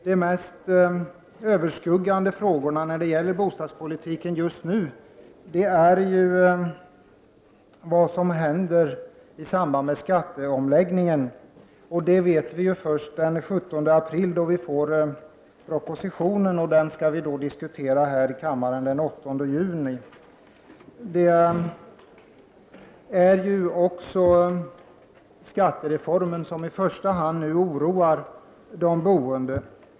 De mest överskuggande frågorna när det gäller bostadspolitiken just nu är ju vad som händer i samband med skatteomläggningen, och det vet vi först den 17 april, då propositionen läggs fram. Propositionen skall sedan behandlas i kammaren den 8 juni. Det är också skattereformen som i första hand nu oroar de boende.